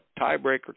tiebreaker